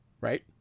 Right